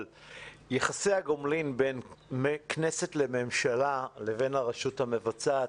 יחסי הגומלין בין כנסת לממשלה לבין הרשות המבצעת,